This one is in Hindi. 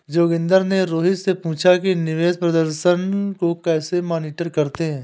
जोगिंदर ने रोहित से पूछा कि निवेश प्रदर्शन को कैसे मॉनिटर करते हैं?